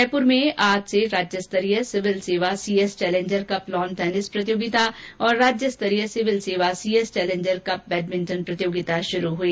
जयपूर में आज से राज्यस्तरीय सिविल सेवा C S challenger cup lawn tennis प्रतियोगिता और राज्य स्तरीय सिविल सेवा सी एस चैलेंजर कम बैडमिंटन प्रतियोगिता शुरू हुई